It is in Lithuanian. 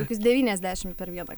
kokius devyniasdešim per vieną